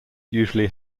usually